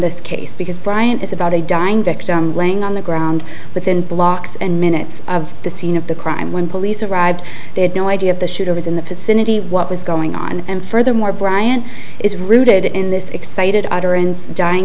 this case because bryant is about a dying victim lang on the ground within blocks and minutes of the scene of the crime when police arrived they had no idea if the shooter was in the vicinity what was going on and furthermore brian is rooted in this excited utterance dying